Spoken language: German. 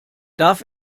darf